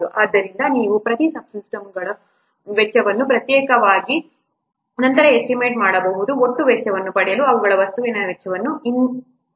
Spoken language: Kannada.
ಆದ್ದರಿಂದ ನೀವು ಪ್ರತಿ ಸಬ್ ಸಿಸ್ಟಮ್ನ ವೆಚ್ಚವನ್ನು ಪ್ರತ್ಯೇಕವಾಗಿ ಪ್ರತ್ಯೇಕವಾಗಿ ನಂತರ ಎಸ್ಟಿಮೇಟ್ ಮಾಡಬೇಕು ಒಟ್ಟು ವೆಚ್ಚವನ್ನು ಪಡೆಯಲು ಅವುಗಳನ್ನು ವಸ್ತುವಿನ ವೆಚ್ಚವನ್ನು ಸೇರಿಸಲಾಲಾಗಿದೆ